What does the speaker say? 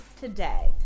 today